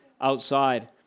outside